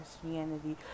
christianity